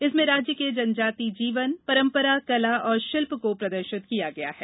इसमें राज्य के जनजातीय जीवन परंपरा कला और शिल्प को प्रदर्शित किया गया है